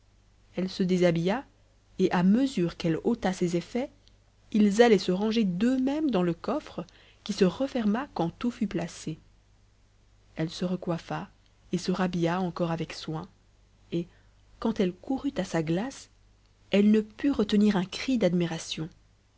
elle se déshabilla et à mesure qu'elle ôta ses effets ils allaient se ranger d'eux-mêmes dans le coffre qui se referma quand tout fut placé illustration le roi charmant et la princesse restèrent dans les allées de la forêt elle se recoiffa et se rhabilla encore avec soin et quand elle courut à sa glace elle ne put retenir un cri d'admiration